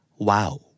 Wow